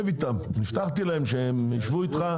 הבטחתי להם שהם יישבו איתך.